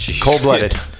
cold-blooded